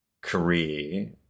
career